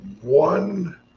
one